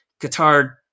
Qatar